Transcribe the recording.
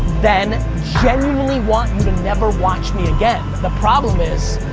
then genuinely want you to never watch me again. the problem is,